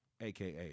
aka